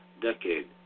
decade